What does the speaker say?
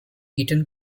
eton